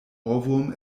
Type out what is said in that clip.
ohrwurm